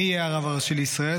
מי יהיה הרב הראשי לישראל?